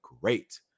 great